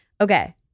Okay